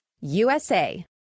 USA